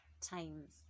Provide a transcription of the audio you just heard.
times